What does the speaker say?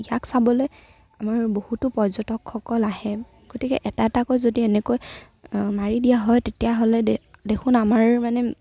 ইয়াক চাবলৈ আমাৰ বহুতো পৰ্যটকসকল আহে গতিকে এটা এটাকৈ যদি এনেকৈ মাৰি দিয়া হয় তেতিয়াহ'লে দে দেখোন আমাৰ মানে